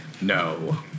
No